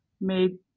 made